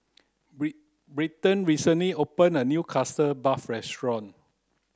Brenda recently opened a new custard puff restaurant